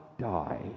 die